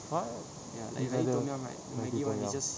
what is like the maggi tom yum